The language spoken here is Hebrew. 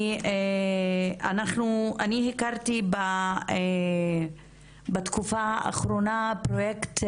אני הכרתי בתקופה האחרונה פרוייקט,